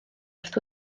wrth